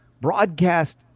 broadcast